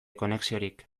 konexiorik